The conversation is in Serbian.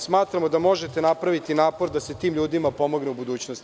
Smatramo da možete napraviti napor da se tim ljudima pomogne u budućnosti.